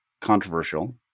controversial